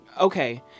Okay